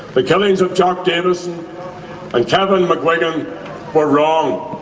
the killings of jock davison and kevin mcguigan were wrong.